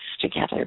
together